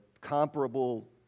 comparable